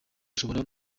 ushobora